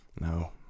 No